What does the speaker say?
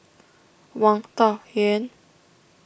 Wang Dayuan